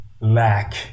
lack